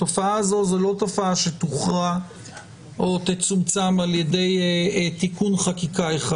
התופעה הזו אינה תופעה שתוכרע או תצומצם ע"י תיקון חקיקה אחד,